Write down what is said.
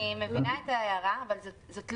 אני מבינה את ההערה, אבל לא